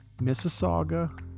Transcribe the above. Mississauga